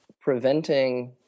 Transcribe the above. preventing